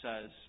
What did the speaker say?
says